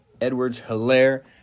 Edwards-Hilaire